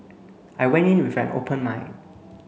I went in with an open mind